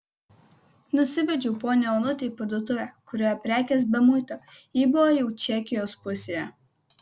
nusivedžiau ponią onutę į parduotuvę kurioje prekės be muito ji buvo jau čekijos pusėje